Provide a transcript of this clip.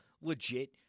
legit